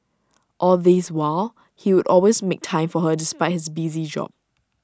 all this while he would always make time for her despite his busy job